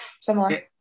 similar